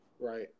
Right